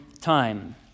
time